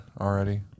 already